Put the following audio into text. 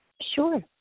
Sure